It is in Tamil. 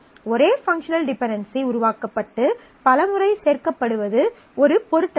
ஒரே பங்க்ஷனல் டிபென்டென்சி உருவாக்கப்பட்டு பல முறை சேர்க்கப்படுவது ஒரு பொருட்டல்ல